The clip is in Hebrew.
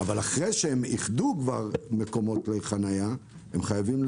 אבל אחרי שהן כבר ייחדו מקומות לחניה, הן חייבות,